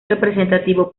representativo